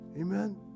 Amen